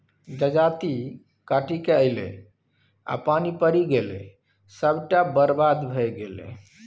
जजाति कटिकए ऐलै आ पानि पड़ि गेलै सभटा बरबाद भए गेलै